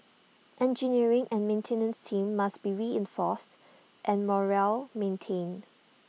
engineering and maintenance teams must be reinforced and morale maintained